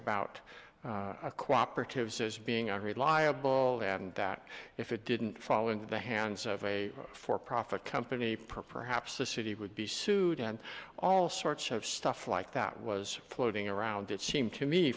about cooperatives as being unreliable and that if it didn't fall into the hands of a for profit company perhaps the city would be sued and all sorts of stuff like that was floating around it seemed to me